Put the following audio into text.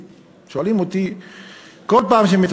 שואלים אותי כל פעם כשאני מתראיין: